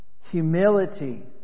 Humility